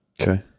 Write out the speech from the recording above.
Okay